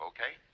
Okay